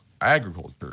Agriculture